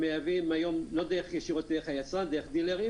לא ישירות דרך היצרן, דרך דילרים